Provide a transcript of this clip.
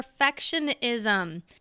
perfectionism